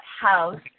house